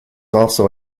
also